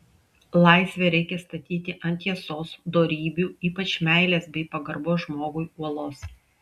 laisvę reikia statyti ant tiesos dorybių ypač meilės bei pagarbos žmogui uolos